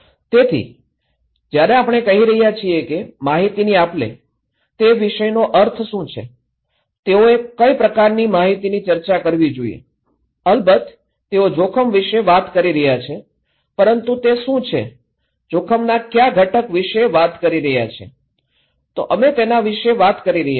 તેથી જ્યારે આપણે કહી રહ્યા છીએ કે માહિતીની આપલે તે વિષયનો અર્થ શું છે તેઓએ કઇ પ્રકારની માહિતીની ચર્ચા કરવી જોઈએ અલબત્ત તેઓ જોખમ વિશે વાત કરી રહ્યા છે પરંતુ તે શું છે જોખમના કયા ઘટક વિશે વાત કરી રહ્યા છે તો અમે તેના વિશે વાત કરી રહ્યા છીએ